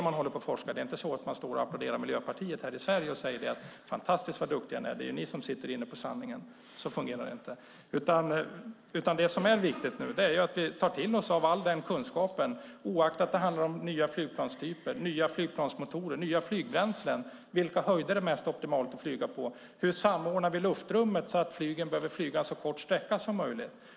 Man står inte och applåderar Miljöpartiet och säger: Vad duktiga ni är som sitter inne med sanningen! Det är viktigt att vi tar till oss av all ny kunskap, oavsett om det handlar om nya flygplanstyper, nya flygplansmotorer, nya flygbränslen, vilka höjder det är optimalt att flyga på eller hur vi samordnar luftrummet så att flygen behöver flyga så kort sträcka som möjligt.